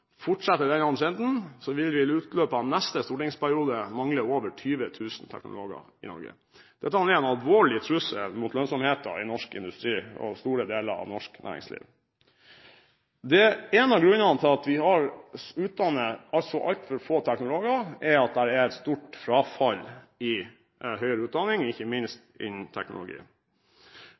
Fortsetter denne trenden, vil vi ved utløpet av neste stortingsperiode mangle over 20 000 teknologer i Norge. Dette er en alvorlig trussel mot lønnsomheten i norsk industri og store deler av norsk næringsliv. En av grunnene til at vi utdanner altfor få teknologer, er at det er et stort frafall i høyere utdanning, ikke minst innen teknologi.